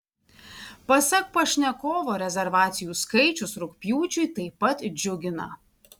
pasak pašnekovo rezervacijų skaičius rugpjūčiui taip pat džiugina